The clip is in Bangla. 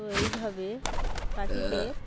তো এইভাবে পাখিদের